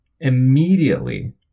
immediately